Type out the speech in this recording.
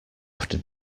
after